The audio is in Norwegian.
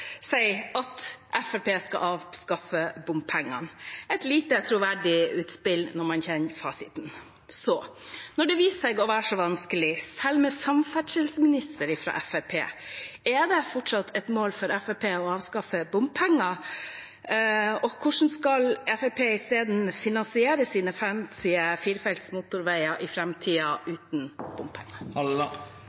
at Fremskrittspartiet skulle avskaffe bompengene – et lite troverdig utspill når man kjenner fasiten. Når det viser seg å være så vanskelig, selv når man hadde en samferdselsminister fra Fremskrittspartiet, er det fortsatt et mål for Fremskrittspartiet å avskaffe bompenger? Hvordan skal Fremskrittspartiet finansiere sine fancy firefelts motorveier i framtiden uten bompenger?